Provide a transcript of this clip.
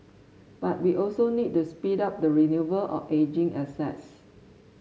but we also need to speed up the renewal of ageing assets